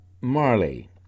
Marley